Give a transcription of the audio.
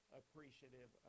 appreciative